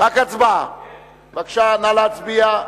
בבקשה, נא להצביע.